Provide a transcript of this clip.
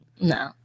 No